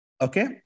Okay